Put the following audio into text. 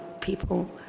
people